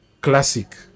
Classic